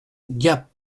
gap